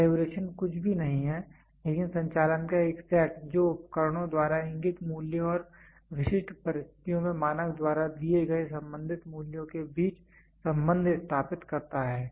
calibration कुछ भी नहीं है लेकिन संचालन का एक सेट जो उपकरणों द्वारा इंगित मूल्यों और विशिष्ट परिस्थितियों में मानक द्वारा दिए गए संबंधित मूल्यों के बीच संबंध स्थापित करता है